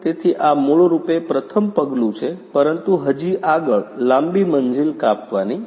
તેથી આ મૂળરૂપે પ્રથમ પગલું છે પરંતુ હજી આગળ લાંબી મંજિલ કાપવાની છે